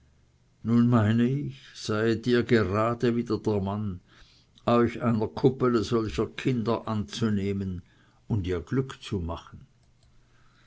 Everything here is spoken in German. nun meine ich seiet ihr gerade wieder der mann euch einer kuppele solcher kinder anzunehmen und ihr glück zu machen